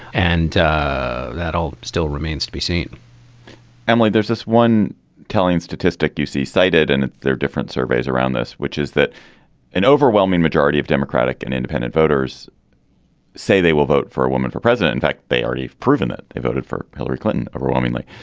and ah that all still remains to be seen emily, there's this one telling statistic you see cited and there are different surveys around this, which is that an overwhelming majority of democratic and independent voters say they will vote for a woman for president. in fact, they already proven it they voted for hillary clinton overwhelmingly,